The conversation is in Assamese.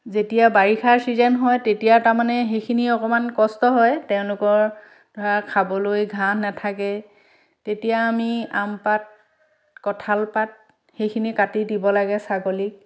যেতিয়া বাৰিষাৰ ছিজন হয় তেতিয়া তাৰ মানে সেইখিনি অকণমান কষ্ট হয় তেওঁলোকৰ ধৰা খাবলৈ ঘাঁহ নেথাকে তেতিয়া আমি আম পাত কঁঠাল পাত সেইখিনি কাটি দিব লাগে ছাগলীক